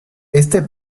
este